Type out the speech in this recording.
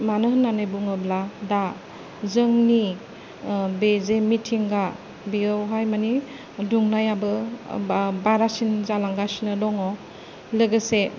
मानो होननानै बुङोब्ला दा जोंनि बे जे मिथिंगा बेयावहाय माने दुंनायाबो बा बारासिन जालांगासिनो दङ लोगोसे